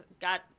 Got